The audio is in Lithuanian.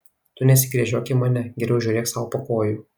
tu nesigręžiok į mane geriau žiūrėk sau po kojų